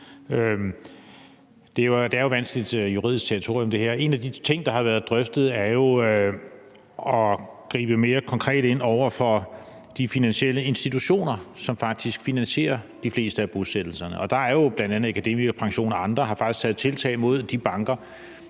Det er jo et vanskeligt juridisk territorium. En af de ting, der har været drøftet, er jo at gribe mere konkret ind over for de finansielle institutioner, som faktisk finansierer de fleste af bosættelserne. Bl.a. Akademikerpension og andre har faktisk taget tiltag mod de banker,